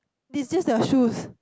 this is just her shoes